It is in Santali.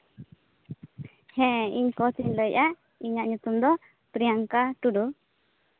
ᱦᱮᱸ ᱤᱧ ᱠᱳᱪᱤᱧ ᱞᱟᱹᱭᱮᱫᱼᱟ ᱤᱧᱟᱹᱜ ᱧᱩᱛᱩᱢ ᱫᱚ ᱯᱨᱤᱭᱟᱝᱠᱟ ᱴᱩᱰᱩ